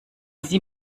sie